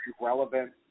relevant